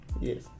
yes